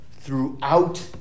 throughout